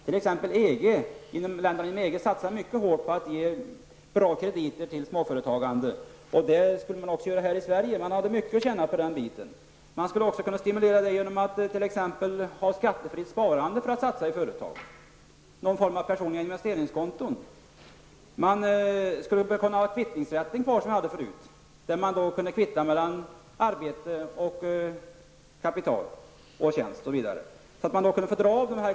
Inom EG satsar man mycket hårt på att ge bra krediter till småföretag. På samma sätt borde man också göra i Sverige. Man skulle vinna mycket på det sättet. Det skulle också kunna vara ett skattefritt sparande vid satsning i företagen -- någon form av personliga investeringskonton. Kvittningsrätten, som vi hade förut, kunde vara kvar. Då kunde man kvitta mellan arbete och kapital, tjänst osv.